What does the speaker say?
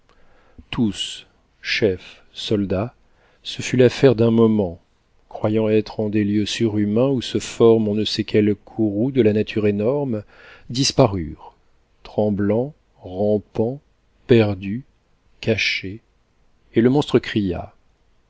tous chefs soldats ce fut l'affaire d'un moment croyant être en des lieux surhumains où se forme on ne sait quel courroux de la nature énorme disparurent tremblants rampants perdus cachés et le monstre cria